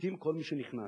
ובודקים כל מי שנכנס,